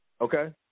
okay